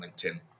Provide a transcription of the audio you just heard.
LinkedIn